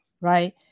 right